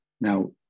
Now